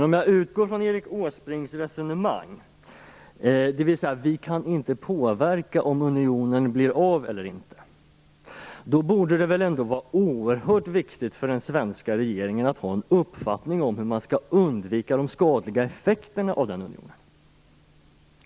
Om jag utgår från Erik Åsbrinks resonemang, dvs. att vi inte kan påverka om unionen blir av eller inte, borde det väl ändå vara oerhört viktigt för den svenska regeringen att ha en uppfattning om hur man skall undvika de skadliga effekterna av unionen.